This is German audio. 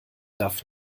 darf